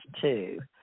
two